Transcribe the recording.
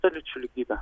ta lyčių lygybė